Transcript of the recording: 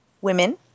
Women